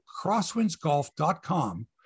crosswindsgolf.com